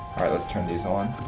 alright let's turn these on.